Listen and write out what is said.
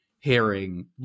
hearing